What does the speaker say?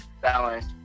balance